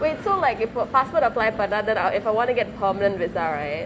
wait so like you put password appplied but that that then if I want to get permanent visa right